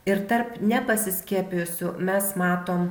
ir tarp nepasiskiepijusių mes matom